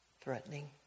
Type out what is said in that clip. threatening